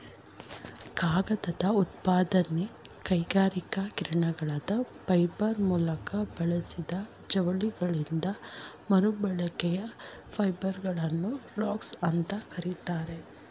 ಕಾಗದ ಉತ್ಪಾದನೆ ಕೈಗಾರಿಕೀಕರಣದ ಫೈಬರ್ ಮೂಲವು ಬಳಸಿದ ಜವಳಿಗಳಿಂದ ಮರುಬಳಕೆಯ ಫೈಬರ್ಗಳನ್ನು ರಾಗ್ಸ್ ಅಂತ ಕರೀತಾರೆ